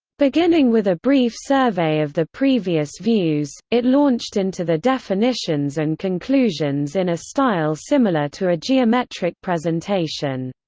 beginning with a brief survey of the previous views, it launched into the definitions and conclusions in a style similar to a geometric presentation.